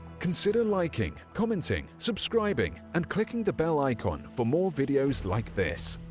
consider liking, commenting, subscribing, and clicking the bell icon for more videos like this!